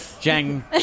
Jang